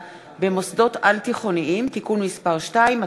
במוסדות על-תיכוניים (תיקון מס' 2),